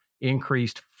increased